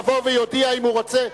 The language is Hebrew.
יבוא ויודיע אם הוא רוצה,